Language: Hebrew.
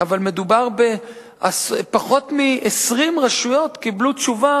אבל מדובר בפחות מ-20 רשויות שקיבלו תשובה